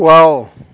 wow